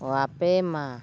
ᱚ ᱟᱯᱮᱢᱟ